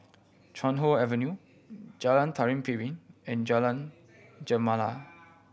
Chuan Hoe Avenue Jalan Tari Piring and Jalan Gemala